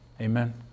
Amen